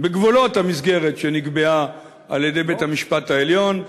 בגבולות המסגרת שנקבעה על-ידי בית-המשפט העליון,